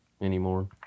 anymore